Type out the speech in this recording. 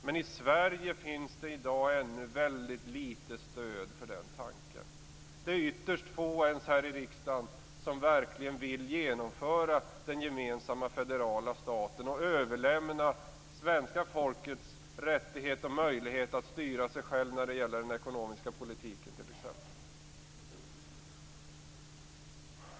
Men i Sverige finns det i dag ännu väldigt lite stöd för den tanken. Det är ytterst få t.o.m. här i riksdagen som verkligen vill genomföra den gemensamma federala staten och överlämna svenska folkets rättighet och möjlighet att styra sig självt när det gäller t.ex. den ekonomiska politiken.